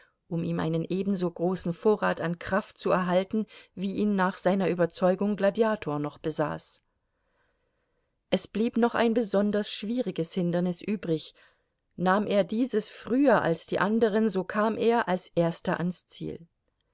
um ihm einen ebenso großen vorrat an kraft zu erhalten wie ihn nach seiner überzeugung gladiator noch besaß es blieb noch ein besonders schwieriges hindernis übrig nahm er dieses früher als die anderen so kam er als erster ans ziel